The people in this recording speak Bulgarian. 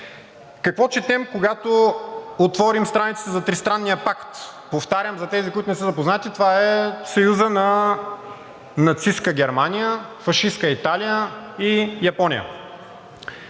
Какво четем, когато отворим страниците за Тристранния пакт? Повтарям за тези, които не са запознати – това е съюзът на нацистка Германия, фашистка Италия и Япония.